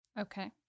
Okay